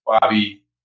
Bobby